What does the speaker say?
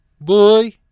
Boy